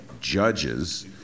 judges